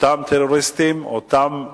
אותם טרוריסטים, אותם